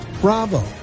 Bravo